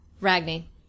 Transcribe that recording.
Ragni